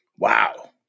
Wow